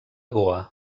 goa